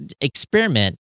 experiment